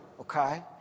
okay